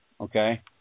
Okay